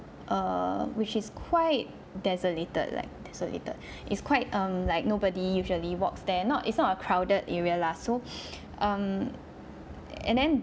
err which is quite desolated like desolated it's quite um like nobody usually walks there not it's not a crowded area lah so um and then